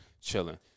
chilling